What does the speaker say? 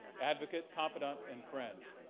advocate, confidant and friend.